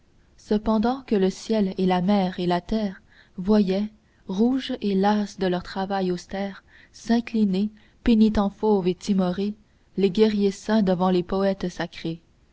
pendant que le ciel et la mer et la terre voyaient rouges et las de leur travail austère-s'incliner pénitents fauves et timorés les guerriers saints devant les poètes sacrés